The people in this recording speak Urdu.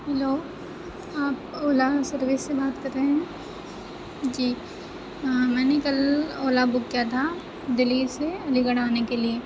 ہیلو آپ اولا سروس سے بات کر رہے ہیں جی میں نے کل اولا بک کیا تھا دلّی سے علی گڑھ آنے کے لیے